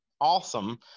awesome